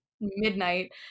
midnight